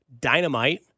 dynamite